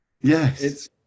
Yes